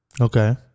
Okay